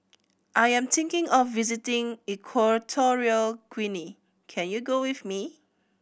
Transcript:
I am thinking of visiting Equatorial Guinea Can you go with me